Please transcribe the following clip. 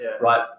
right